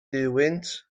duwynt